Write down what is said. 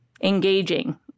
engaging